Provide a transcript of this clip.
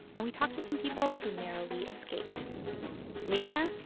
and we talked to some people who narrowly escaped mila?